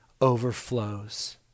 overflows